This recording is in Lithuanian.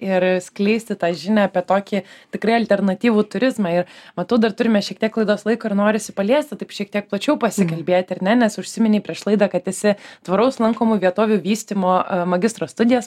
ir skleisti tą žinią apie tokį tikrai alternatyvų turizmą ir matau dar turime šiek tiek laidos laiko ir norisi paliesti taip šiek tiek plačiau pasikalbėti ar ne nes užsiminei prieš laidą kad esi tvaraus lankomų vietovių vystymo magistro studijas